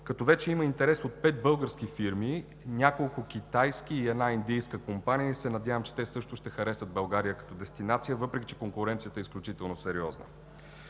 като вече има интерес от пет български фирми, няколко китайски и една индийска компания. Надявам се, че те също ще харесат България като дестинация, въпреки че конкуренцията е изключително сериозна.